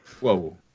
Whoa